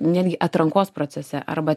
netgi atrankos procese arba